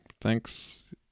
Thanks